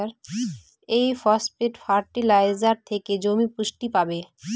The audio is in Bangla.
এই ফসফেট ফার্টিলাইজার থেকে জমি পুষ্টি পাবে